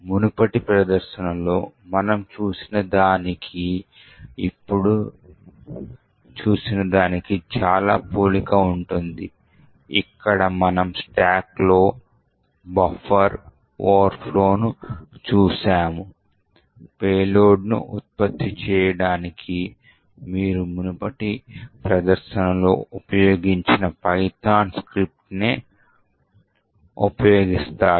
మునుపటి ప్రదర్శనలో మనము చూసినదానికి ఇప్పుడు చాలా పోలిక ఉంటుంది ఇక్కడ మనము స్టాక్లో బఫర్ ఓవర్ఫ్లోను చూశాము పేలోడ్ను ఉత్పత్తి చేయడానికి మీరు మునుపటి ప్రదర్శనలో ఉపయోగించిన python స్క్రిప్ట్ను ఉపయోగిస్తారు